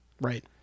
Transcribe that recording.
Right